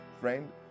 Friend